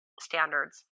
standards